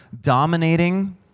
dominating